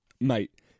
Mate